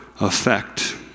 effect